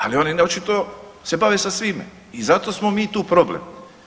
Ali oni očito se bave sa svime i zato smo mi tu problem.